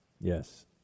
Yes